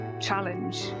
challenge